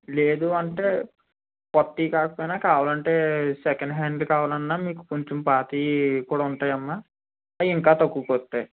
లేదు అంటే క్రొత్తవి కాకపోయినా కావాలి అంటే సెకండ్ హ్యాండిల్ కావాలన్నా మీకు కొంచెం పాతవి కూడా ఉంటాయమ్మ అవి ఇంకా తక్కువకి వస్తాయి